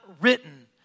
written